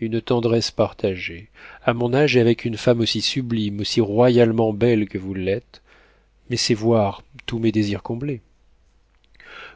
une tendresse partagée à mon âge et avec une femme aussi sublime aussi royalement belle que vous l'êtes mais c'est voir tous mes désirs comblés